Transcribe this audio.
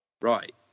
Right